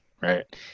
right